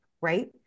right